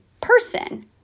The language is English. person